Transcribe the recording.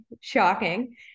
Shocking